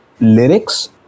lyrics